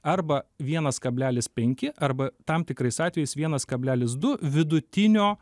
arba vienas kablelis penki arba tam tikrais atvejais vienas kablelis du vidutinio